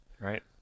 right